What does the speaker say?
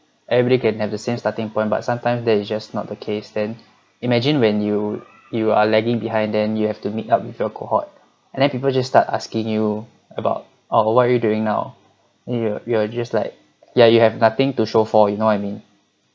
everybody can have the same starting point but sometimes that is just not the case then imagine when you you are lagging behind then you have to meet up with your cohort and then people just start asking you about oh what are you doing now you're you're just like ya you have nothing to show for you know what I mean